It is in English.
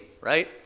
right